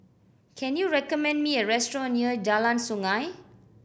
can you recommend me a restaurant near Jalan Sungei